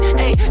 hey